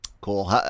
Cool